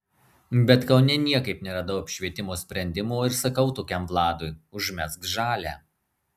bet kaune niekaip neradau apšvietimo sprendimo ir sakau tokiam vladui užmesk žalią